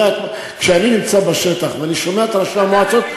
כשאני נמצא בשטח ואני שומע את ראשי המועצות,